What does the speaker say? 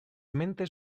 mentes